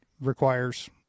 requires